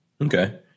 Okay